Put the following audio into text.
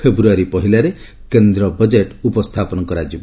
ଫେବୃୟାରୀ ପହିଲାରେ କେନ୍ଦ୍ର ବଜେଟ୍ ଉପସ୍ଥାପନ କରାଯିବ